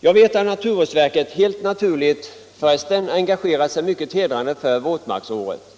Jag vet att naturvårdsverket, helt naturligt för resten, engagerat sig mycket hedrande för våtmarksåret.